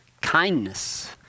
kindness